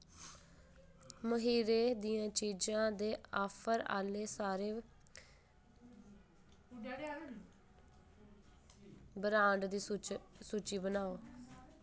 मखीरें दियें चीजां दे आफर आह्ले सारें ब्रांड दी सुच सूची बनाओ